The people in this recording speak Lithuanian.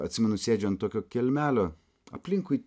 atsimenu sėdžiu ant tokio kelmelio aplinkui